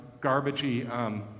garbagey